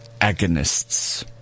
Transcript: Agonists